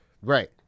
Right